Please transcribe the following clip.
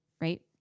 right